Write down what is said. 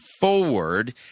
forward